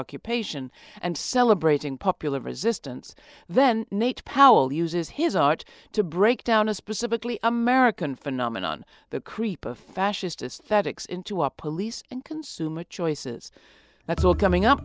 occupation and celebrating popular resistance then nate powell uses his art to break down a specifically american phenomenon the creep of fascists that excess into our police and consumer choices that's all coming up